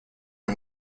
him